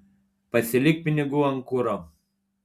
pasilik pinigų ant kuro